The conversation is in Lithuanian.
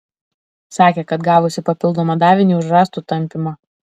sakė kad gavusi papildomą davinį už rąstų tampymą